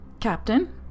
captain